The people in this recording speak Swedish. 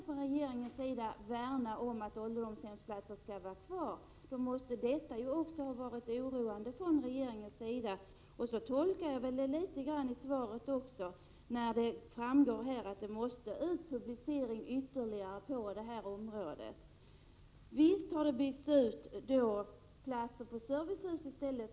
Vill regeringen värna om att ålderdomshemsplatser skall vara kvar, måste dessa förhållanden också ha varit oroande för regeringen. Så tolkar jag också svaret litet grand, när det framgår att det måste ske ytterligare publicering på det här området. Visst har det byggts ut platser inom servicehus.